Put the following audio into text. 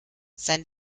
sein